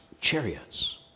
Chariots